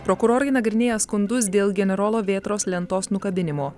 prokurorai nagrinėja skundus dėl generolo vėtros lentos nukabinimo